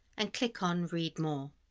and click on read more.